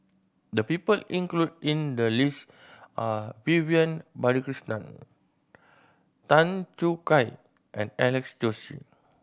the people included in the list are Vivian Balakrishnan Tan Choo Kai and Alex Josey